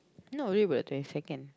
not worried about the twenty second